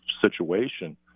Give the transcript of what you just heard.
situation